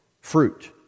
fruit